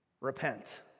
Repent